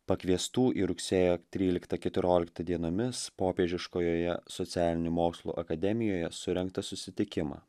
pakviestų į rugsėjo tryliktą keturioliktą dienomis popiežiškojoje socialinių mokslų akademijoje surengtą susitikimą